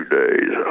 days